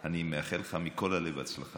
אני מאחל לך מכל הלב הצלחה.